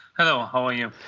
hello, how are you?